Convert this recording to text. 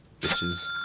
bitches